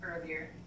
earlier